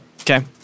Okay